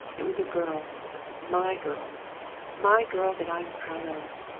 it was a girl my girl my girl that i'm proud of.